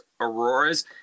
Auroras